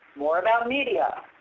more about media.